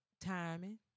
Timing